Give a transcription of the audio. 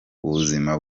ubuzima